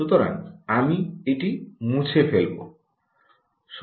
সুতরাং আমি এটি মুছে ফেলব